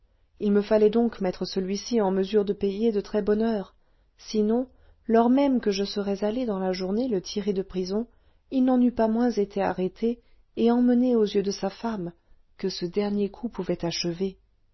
il me fallait donc mettre celui-ci en mesure de payer de très-bonne heure sinon lors même que je serais allé dans la journée le tirer de prison il n'en eût pas moins été arrêté et emmené aux yeux de sa femme que ce dernier coup pouvait achever